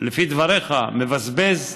לפי דבריך, מבזבז.